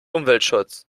umweltschutz